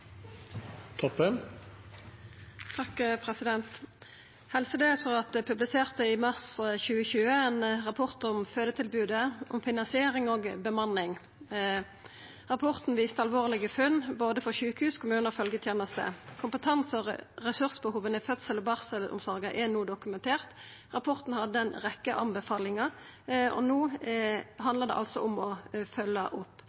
Helsedirektoratet publiserte i mars 2020 ein rapport om fødetilbodet, om finansiering og bemanning. Rapporten viste alvorlege funn både for sjukehus, kommunar og følgjeteneste. Kompetanse- og ressursbehova i fødsels- og barselomsorga er no dokumenterte. Rapporten hadde ei rekkje anbefalingar, og no handlar det altså om å følgja opp.